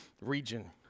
region